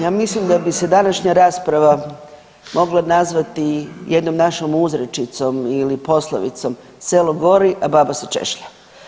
Ja mislim da bi se današnja rasprava mogla nazvati jednom našom uzrečicom i poslovicom, „Selo gori, a baba se češlja.